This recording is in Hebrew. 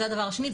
זה הדבר השני.